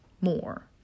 more